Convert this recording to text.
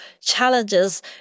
challenges